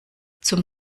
zum